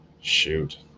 shoot